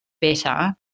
better